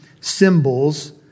symbols